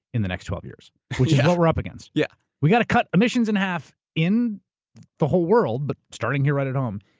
in the next twelve years. which is what we're up against. yeah. yeah. we've gotta cut emissions in half in the whole world, but starting here right at home,